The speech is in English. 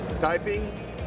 typing